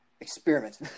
experiment